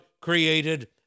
created